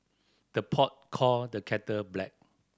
the pot call the kettle black